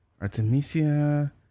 Artemisia